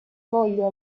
voglio